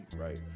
right